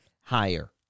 higher